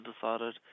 decided